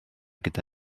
gyda